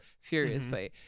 furiously